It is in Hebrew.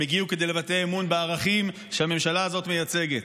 הם הגיעו כדי לבטא אמון בערכים שהממשלה הזו מייצגת.